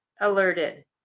alerted